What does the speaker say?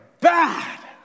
bad